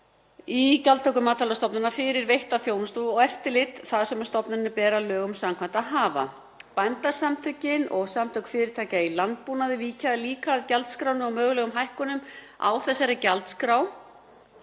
í gjaldtöku Matvælastofnunar fyrir veitta þjónustu og eftirlit það sem stofnuninni ber lögum samkvæmt að viðhafa. Bændasamtökin og Samtök fyrirtækja í landbúnaði víkja líka að gjaldskránni og mögulegum hækkunum á henni.